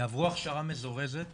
יעברו הכשרה מזורזת וב-1.9,